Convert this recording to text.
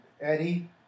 Eddie